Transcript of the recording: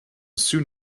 soon